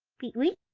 peet-weet!